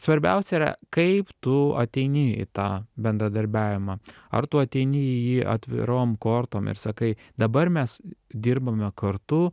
svarbiausia yra kaip tu ateini į tą bendradarbiavimą ar tu ateini į jį atvirom kortom ir sakai dabar mes dirbame kartu